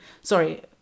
sorry